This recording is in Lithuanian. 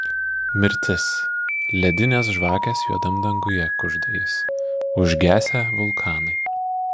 mirtis ledinės žvakės juodam danguje kužda jis užgesę vulkanai